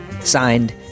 Signed